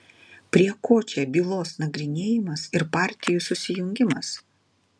prie ko čia bylos nagrinėjimas ir partijų susijungimas